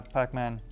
Pac-Man